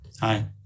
Hi